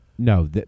No